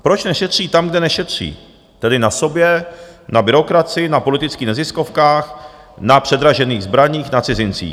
Proč nešetří tam, kde nešetří, tedy na sobě, na byrokracii, na politických neziskovkách, na předražených zbraních, na cizincích.